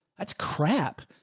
that's crap.